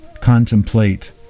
contemplate